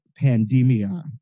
pandemia